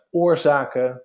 oorzaken